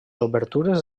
obertures